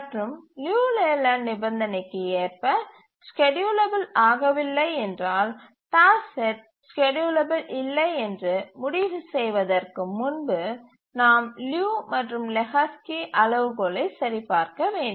மற்றும் Liu Layland நிபந்தனைக்கு ஏற்ப ஸ்கேட்யூலபில் ஆகவில்லை என்றால் டாஸ்க் செட் ஸ்கேட்யூலபில் இல்லை என்று முடிவு செய்வதற்கு முன்பு நாம் லியு மற்றும் லெஹோஸ்கி அளவுகோலை சரிபார்க்க வேண்டும்